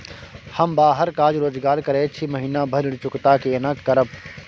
हम बाहर काज रोजगार करैत छी, महीना भर ऋण चुकता केना करब?